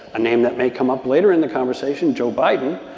a name that may come up later in the conversation, joe biden,